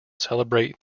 celebrate